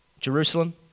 Jerusalem